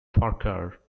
farquhar